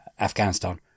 Afghanistan